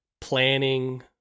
planning